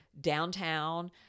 downtown